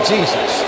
Jesus